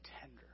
tender